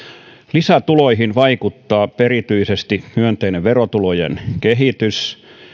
lisätuloihin vaikuttavat erityisesti myönteinen verotulojen kehitys